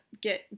get